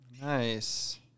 Nice